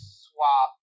swap